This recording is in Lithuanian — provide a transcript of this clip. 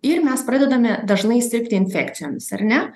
ir mes pradedame dažnai sirgti infekcijomis ar ne